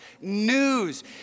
news